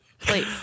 Please